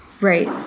right